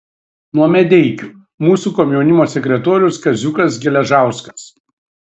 nuo medeikių mūsų komjaunimo sekretorius kaziukas geležauskas